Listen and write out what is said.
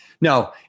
No